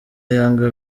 yanga